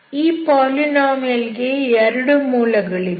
ಈ ಪಾಲಿನಾಮಿಯಲ್ ಗೆ 2 ಮೂಲಗಳಿವೆ